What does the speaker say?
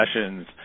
sessions